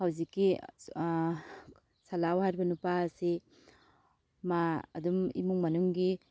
ꯍꯧꯖꯤꯛꯀꯤ ꯁꯜꯂꯥꯎ ꯍꯥꯏꯔꯤꯕ ꯅꯨꯄꯥ ꯑꯁꯤ ꯃꯥ ꯑꯗꯨꯝ ꯏꯃꯨꯡ ꯃꯅꯨꯡꯒꯤ